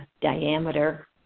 diameter